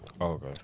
okay